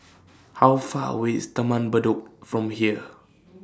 How Far away IS Taman Bedok from here